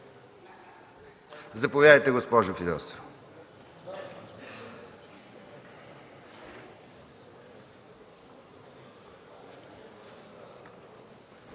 Заповядайте, госпожо Фидосова.